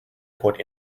put